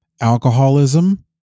alcoholism